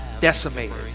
decimated